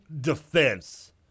defense